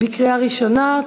לקריאה ראשונה.